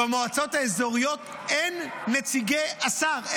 במועצות האזוריות אין נציגי שר.